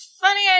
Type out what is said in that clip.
funny